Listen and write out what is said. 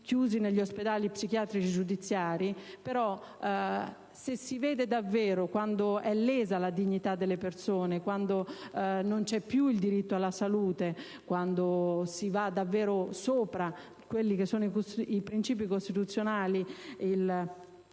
chiusi negli ospedali psichiatrici giudiziari, se si vede davvero quando è lesa la dignità delle persone, quando non c'è più il diritto alla salute, quando si va davvero sopra quelli che sono i principi costituzionali, se